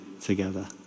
together